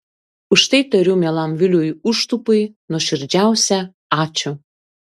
už tai tariu mielam viliui užtupui nuoširdžiausią ačiū